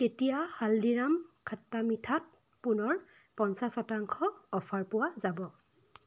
কেতিয়া হালদিৰাম খট্টা মিঠা ত পুনৰ পঞ্চাছ শতাংশ অফাৰ পোৱা যাব